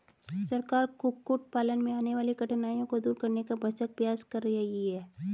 सरकार कुक्कुट पालन में आने वाली कठिनाइयों को दूर करने का भरसक प्रयास कर रही है